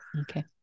Okay